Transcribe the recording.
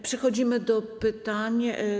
Przechodzimy do pytań.